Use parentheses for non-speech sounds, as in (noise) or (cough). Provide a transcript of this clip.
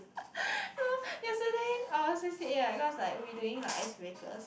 (breath) yesterday our c_c_a right because like we doing like icebreakers